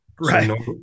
Right